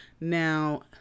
Now